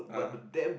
(uh huh)